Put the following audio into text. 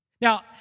Now